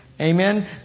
Amen